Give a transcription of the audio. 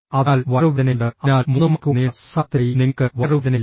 അതിനാൽ വയറുവേദനയുണ്ട് അതിനാൽ മൂന്ന് മണിക്കൂർ നീണ്ട സംസാരത്തിനായി നിങ്ങൾക്ക് വയറുവേദനയില്ല